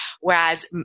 whereas